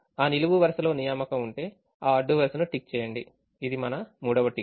ఆ నిలువు వరుసలో నియామకం ఉంటే ఆ అడ్డు వరుసను టిక్ చేయండి ఇది మన 3వ టిక్